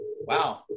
Wow